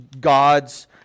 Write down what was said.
gods